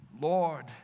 Lord